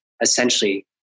essentially